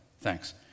Thanks